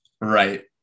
Right